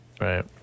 Right